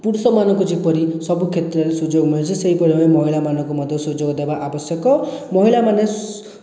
ପୁରୁଷମାନଙ୍କୁ ଯେପରି ସବୁ କ୍ଷେତ୍ରରେ ସୁଯୋଗ ମିଳୁଛି ସେହିପରି ଭାବେ ମହିଳାମାନଙ୍କୁ ମଧ୍ୟ ସୁଯୋଗ ଦେବା ଆବଶ୍ୟକ ମହିଳାମାନେ